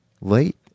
late